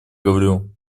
говорю